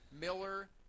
Miller